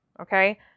Okay